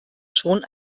schon